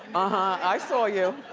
ah i saw you.